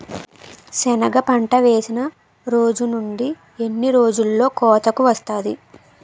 సెనగ పంట వేసిన రోజు నుండి ఎన్ని రోజుల్లో కోతకు వస్తాది?